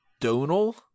Donal